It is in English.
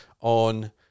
on